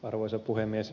arvoisa puhemies